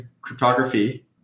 cryptography